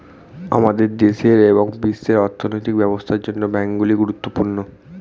আমাদের দেশের এবং বিশ্বের অর্থনৈতিক ব্যবস্থার জন্য ব্যাংকগুলি গুরুত্বপূর্ণ